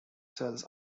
cells